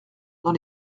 dans